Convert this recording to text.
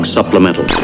Supplemental